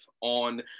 on